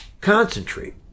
concentrate